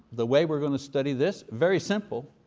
the way we're going to study this very simple,